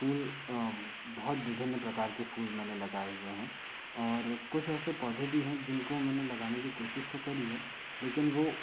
फूल बहुत विभिन्न प्रकार के फूल मैंने लगाए हुए हैं और कुछ ऐसे पौधे भी हैं जिनको मैंने लगाने की कोशिश तो करी है लेकिन वो